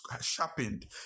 sharpened